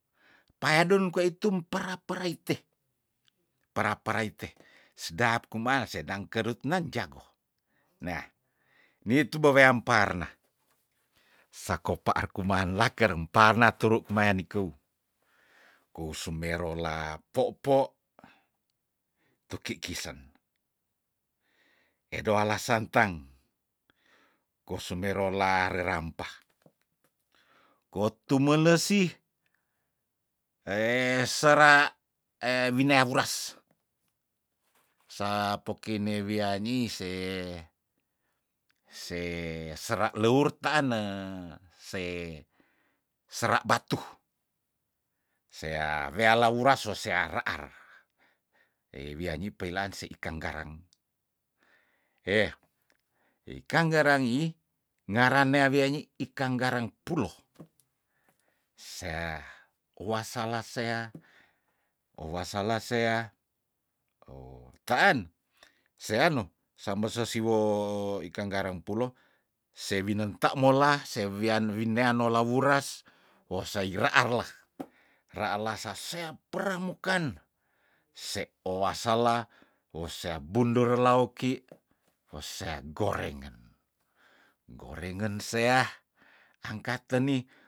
Payadon kwa itu mpera pera ite pera pera ite sedap kuman sedang kerutnen jago neah nitu beweam parna sako paar kuman laker parna turu maya nikeu, kou sumerolah popo tuki kisen edoalah santang kosumerolah rerampa kotumelesi sera eh winea wuras sa poki ne wianii se se sera leur taan se sera batu sea weala ura sose ara- ara ei wiani peilangsi ikang garam heh ikang garam ih ngarane wianyik ikang garang pulo sea owasalah sea owasalah sea taan seano same sosiwu ikang garang pulu se winenta moa se wian winea nola wuras woh saira arla rasaa seap peramukan se owasalah osea bundur lah oki oseah gorengen gorenngen sea angka teniih